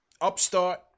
Upstart